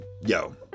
yo